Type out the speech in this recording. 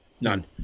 None